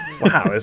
wow